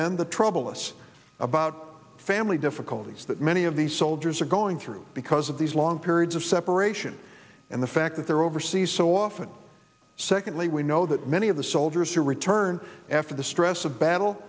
in the trouble us about family difficulties that many of these soldiers are going through because of these long periods of separation and the fact that they're overseas so often secondly we know that many of the soldiers who return after the stress of battle